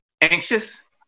anxious